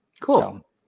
Cool